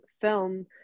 film